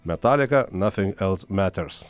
metalika nafin els maters